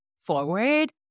forward